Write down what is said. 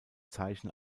zeichen